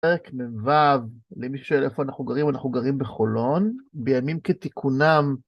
פרק מ"ו למי ששואל איפה אנחנו גרים, אנחנו גרים בחולון, בימים כתיקונם...